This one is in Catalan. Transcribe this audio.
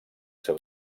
seu